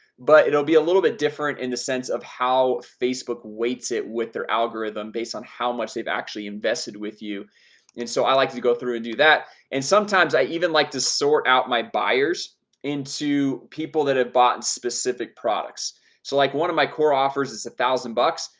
but it'll be a little bit different in the sense of how facebook weights it with their algorithm based on how much they've actually invested with you and so i like to go through and do that and sometimes i even like to sort out my buyers into people that have bought specific products so like one of my core offers is a thousand bucks.